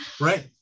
Right